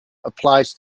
applies